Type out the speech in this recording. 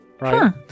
right